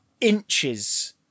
inches